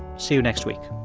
see you next week